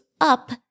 up